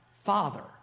Father